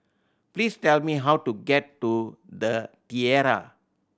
please tell me how to get to The Tiara